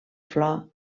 flor